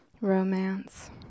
Romance